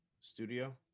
studio